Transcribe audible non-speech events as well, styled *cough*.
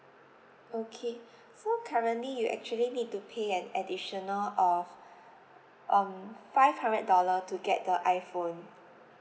okay so currently you actually need to pay an additional of *breath* um five hundred dollar to get the iphone